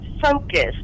focused